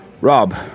Rob